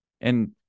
And-